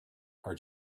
are